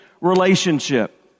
relationship